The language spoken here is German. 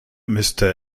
müsste